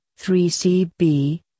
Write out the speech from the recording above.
3CB